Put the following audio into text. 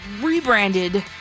rebranded